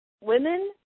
Women